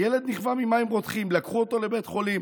הילד נכווה ממים רותחים ולקחו אותו לבית חולים.